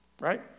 right